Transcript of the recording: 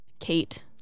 Kate